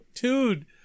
Dude